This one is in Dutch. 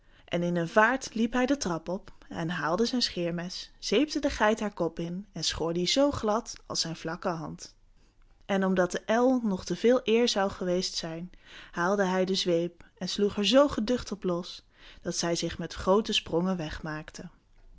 en in een vaart liep hij de trap op haalde zijn scheermes zeepte de geit haar kop in en schoor dien zoo glad als zijn vlakke hand en omdat de el nog te veel eer zou geweest zijn haalde hij de zweep en sloeg er zoo geducht op los dat zij zich met groote sprongen wegmaakte